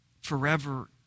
forever